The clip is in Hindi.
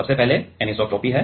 सबसे पहले अनिसोट्रॉपी है